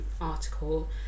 article